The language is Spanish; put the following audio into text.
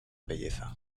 belleza